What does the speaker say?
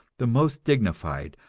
the most dignified,